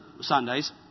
Sundays